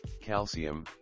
calcium